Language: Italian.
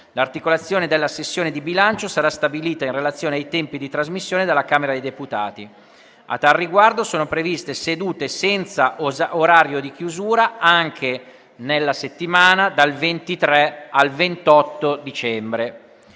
L'articolazione della sessione di bilancio sarà stabilita in relazione ai tempi di trasmissione dalla Camera dei deputati. A tale riguardo, sono previste sedute senza orario di chiusura anche nella settimana dal 23 al 28 dicembre.